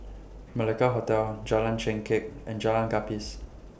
Malacca Hotel Jalan Chengkek and Jalan Gapis